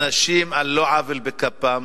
אנשים, על לא עוול בכפם,